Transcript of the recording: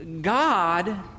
God